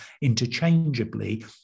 interchangeably